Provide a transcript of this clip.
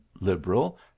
liberal